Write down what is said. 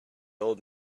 old